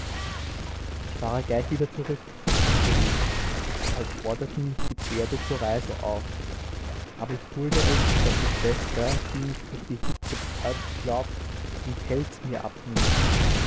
ich fahre gleich wieder zurück denke ich als forderten mich die pferde zur reise auf aber ich dulde es daß die schwester die mich durch die hitze betäubt glaubt den pelz mir abnimmt